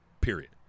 period